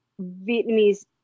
Vietnamese